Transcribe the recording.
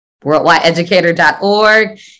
worldwideeducator.org